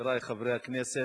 חברי חברי הכנסת,